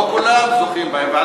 לא כולם זוכים בהם,